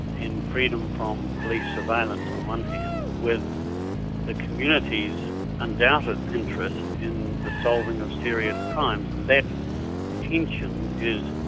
and freedom from police surveillance on one hand, with the community's undoubted interest in the solving of serious crimes. and that tension is,